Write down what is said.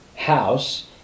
House